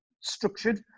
structured